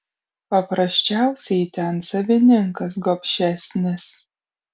paprasčiausiai ten savininkas gobšesnis